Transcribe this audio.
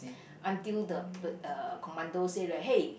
until the uh commando say right hey